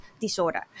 disorder